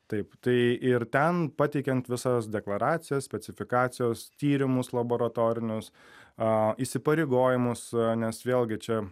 taip tai ir ten pateikiant visas deklaracijas specifikacijas tyrimus laboratorinius a įsipareigojimus nes vėlgi čia